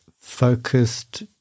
focused